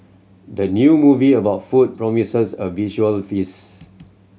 the new movie about food promises a visual feast